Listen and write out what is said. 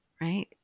right